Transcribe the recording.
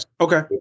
Okay